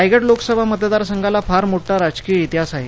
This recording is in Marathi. रायगड लोकसभा मतदारसंघाला फार मोठा राजकीय इतिहास आहे